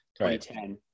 2010